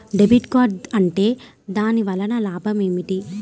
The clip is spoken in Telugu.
డెబిట్ కార్డ్ ఉంటే దాని వలన లాభం ఏమిటీ?